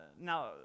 now